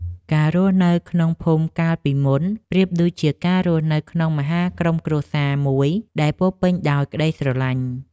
ការរស់នៅក្នុងភូមិកាលពីមុន ប្រៀបដូចជាការរស់នៅក្នុងមហាក្រុមគ្រួសារមួយដែលពោរពេញដោយក្តីស្រឡាញ់។